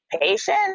patient